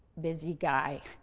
busy guy.